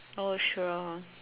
oh sure